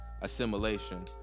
assimilation